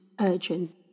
urgent